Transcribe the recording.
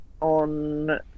on